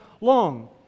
long